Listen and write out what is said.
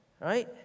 right